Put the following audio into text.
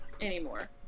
anymore